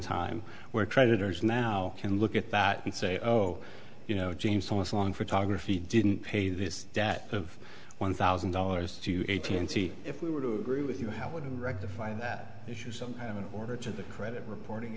time where creditors now can look at that and say oh you know james so as long photography didn't pay this debt of one thousand dollars to eighty and see if we were to agree with you how would rectify that issue so order to the credit reporting